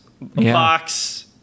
box